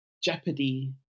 jeopardy